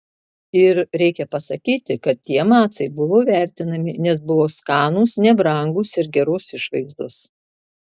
ir reikia pasakyti kad tie macai buvo vertinami nes buvo skanūs nebrangūs ir geros išvaizdos